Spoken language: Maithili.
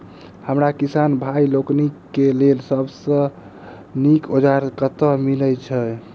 हमरा किसान भाई लोकनि केँ लेल सबसँ नीक औजार कतह मिलै छै?